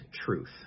truth